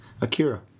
Akira